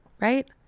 right